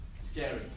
scary